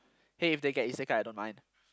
hey if they get I don't mind